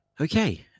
Okay